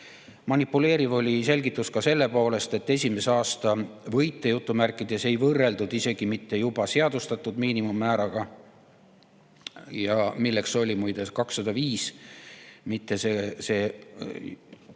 Manipuleeriv oli selgitus ka selle poolest, et esimese aasta "võite" ei võrreldud isegi mitte juba seadustatud miinimummääraga, milleks oli muide 205 eurot, vaid